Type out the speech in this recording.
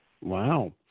Wow